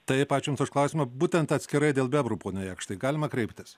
taip ačiū jums už klausimą būtent atskirai dėl bebrų pone jakštai galima kreiptis